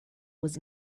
was